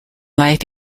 life